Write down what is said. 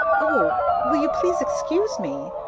o, will you please excuse me?